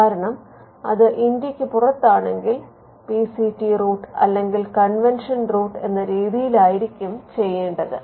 കാരണം അത് ഇന്ത്യക്ക് പുറത്താണെങ്കിൽ പി സി ടി റൂട്ട് അല്ലെങ്കിൽ കൺവെൻഷൻ റൂട്ട് എന്ന രീതിയിലായിരിക്കും ചെയ്യണ്ടത്